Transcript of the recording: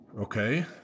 okay